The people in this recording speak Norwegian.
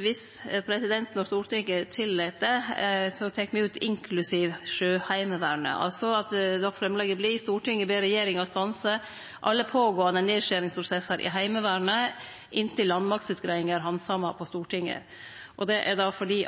Viss presidenten og Stortinget tillèt det, tek me ut «inklusive Sjøheimevernet», altså at framlegget lyder: «Stortinget ber regjeringa stanse alle pågåande nedskjeringsprosessar i Heimevernet, inntil landmaktutgreiinga er handsama på Stortinget.» Det er fordi